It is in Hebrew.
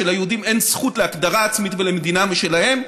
שליהודים אין זכות להגדרה עצמית ולמדינה משלהם,